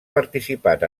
participat